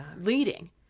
leading